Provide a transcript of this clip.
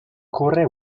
corre